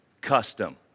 custom